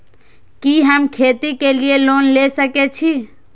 कि हम खेती के लिऐ लोन ले सके छी?